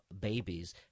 babies